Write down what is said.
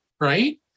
right